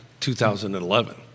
2011